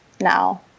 now